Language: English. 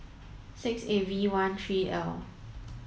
six eight V one three L